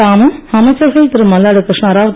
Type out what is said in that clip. தாமும் அமைச்சர்கள் திரு மல்லாடி கிருஷ்ணாராவ்